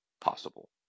possible